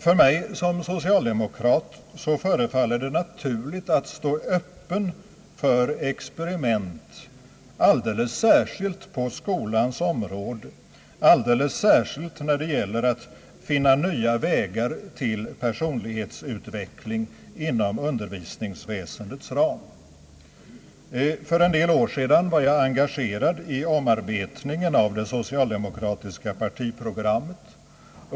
För mig som socialdemokrat förefaller det naturligt att stå öppen för experiment, alldeles särskilt på skolans område och alldeles särskilt när det gäller att finna nya vägar till personlighetsutveckling inom undervisningsväsendets ram. För en del år sedan var jag engagerad i omarbetandet av det socialdemokratiska partiprogrammet.